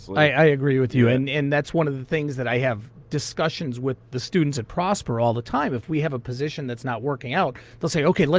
i agree with you. and and that's one of the things that i have discussions with the students at prosper all the time. if we have a position that's not working out, they'll say, ok, like